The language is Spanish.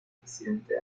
presidente